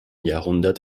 jahrhundert